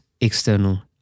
external